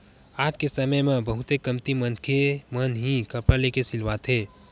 आज के समे म बहुते कमती मनखे मन ही कपड़ा लेके सिलवाथे